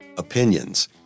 opinions